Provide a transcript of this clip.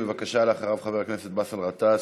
אחריו, חבר הכנסת באסל גטאס,